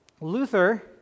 luther